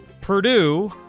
Purdue